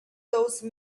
those